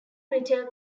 retail